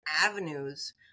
avenues